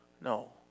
No